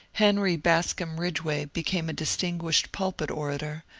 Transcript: henry bascom ridgeway became a distin guished pulpit orator,